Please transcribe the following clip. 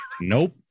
Nope